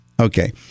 Okay